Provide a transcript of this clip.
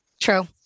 True